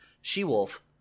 She-Wolf